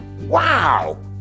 Wow